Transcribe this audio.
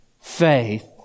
faith